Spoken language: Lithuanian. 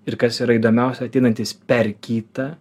ir kas yra įdomiausia ateinantys per kitą